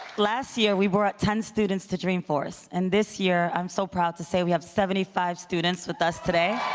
last year, we brought ten students to dreamforce, and this year i'm so proud to say we have seventy five students with us today.